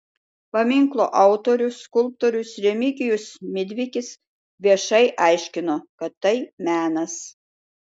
paminklo autorius skulptorius remigijus midvikis viešai aiškino kad tai menas